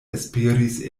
esperis